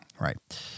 right